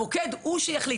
המוקד הוא שיחליט.